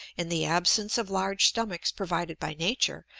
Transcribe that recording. in the absence of large stomachs provided by nature,